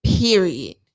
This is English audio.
Period